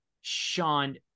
sean